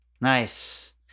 Nice